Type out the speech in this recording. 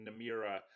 Namira